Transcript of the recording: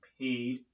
paid